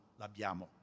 l'abbiamo